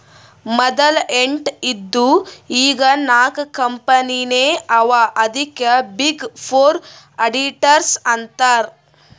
ಮದಲ ಎಂಟ್ ಇದ್ದು ಈಗ್ ನಾಕ್ ಕಂಪನಿನೇ ಅವಾ ಅದ್ಕೆ ಬಿಗ್ ಫೋರ್ ಅಡಿಟರ್ಸ್ ಅಂತಾರ್